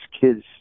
kids